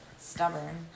Stubborn